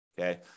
okay